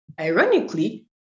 ironically